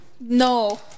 No